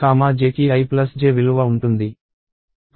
కాబట్టి Aij కి ij విలువ ఉంటుంది